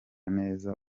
neza